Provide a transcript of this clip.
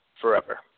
forever